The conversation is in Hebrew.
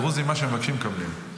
הדרוזים, מה שהם מבקשים, מקבלים.